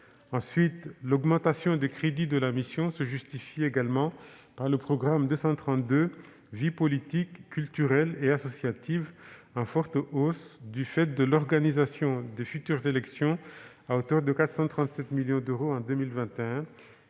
Ensuite, l'augmentation des crédits de la mission se justifie également par le programme 232, « Vie politique, cultuelle et associative », en forte hausse du fait de l'organisation des futures élections, à hauteur de 437 millions d'euros en 2021,